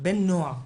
בן נוער,